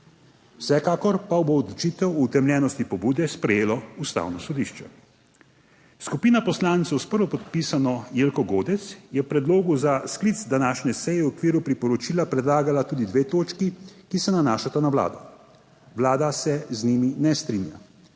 Vsekakor pa bo odločitev o utemeljenosti pobude sprejelo Ustavno sodišče. Skupina poslancev s prvopodpisano Jelko Godec je v predlogu za sklic današnje seje v okviru priporočila predlagala tudi dve točki, ki se nanašata na Vlado. Vlada se z njimi ne strinja.